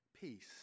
peace